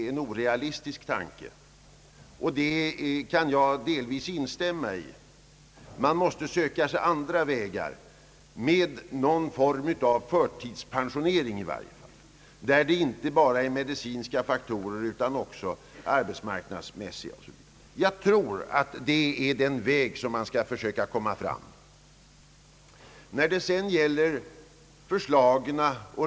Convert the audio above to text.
Man måste söka sig fram på andra vägar till någon form av förtidspensionering, där inte bara medicinska faktorer utan också arbetsmarknadsmässiga tillmäts betydelse.